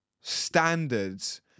standards